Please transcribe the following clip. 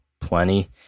plenty